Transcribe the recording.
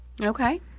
Okay